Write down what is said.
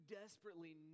desperately